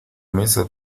mesa